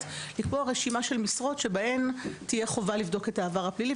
לקבוע רשימה של משרות שתהיה בהן חובה לבדוק את העבר הפלילי,